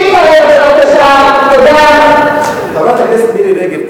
אני רוצה לומר שחברת הכנסת מירי רגב,